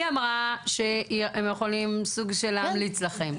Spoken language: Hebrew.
אבל היא אמרה שהם יכולים, סוג של, להמליץ לכם.